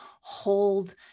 hold